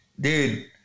dude